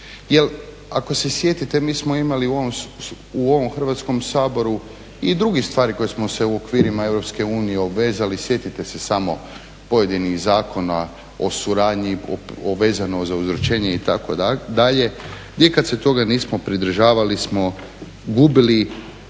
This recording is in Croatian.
Jer ako se sjetite, mi smo imali u ovom Hrvatskom saboru i drugih stvari kojih smo se u okvirima Europske unije obvezali, sjetite se samo pojedinih zakona o suradnji vezano uz izručenje itd., mi kada se toga nismo pridržavali smo gubili